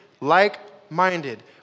like-minded